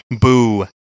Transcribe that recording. Boo